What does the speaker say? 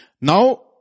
Now